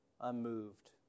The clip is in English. unmoved